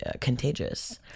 Contagious